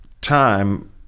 time